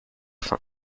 faim